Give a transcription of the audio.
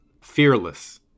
fearless